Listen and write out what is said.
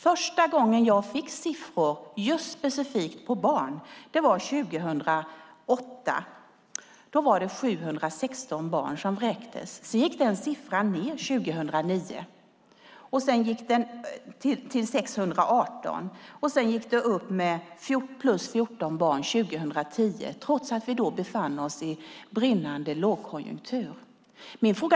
Första gången jag fick siffror specifikt gällande barn var 2008. Då var det 716 barn som vräktes. År 2009 gick den siffran ned till 618. Därefter gick den upp med 14 barn 2010, trots att vi då befann oss mitt i en lågkonjunktur.